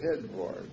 headboard